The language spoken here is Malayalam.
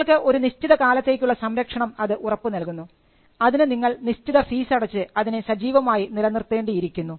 നിങ്ങൾക്ക് ഒരു നിശ്ചിത കാലത്തേക്കുള്ള സംരക്ഷണം അത് ഉറപ്പ് നൽകുന്നു അതിന് നിങ്ങൾ നിശ്ചിത ഫീസ് അടച്ച് അതിനെ സജീവമായി നിലനിർത്തേണ്ടിയിരിക്കുന്നു